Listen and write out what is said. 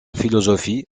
philosophie